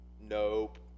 Nope